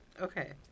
Okay